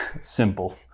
simple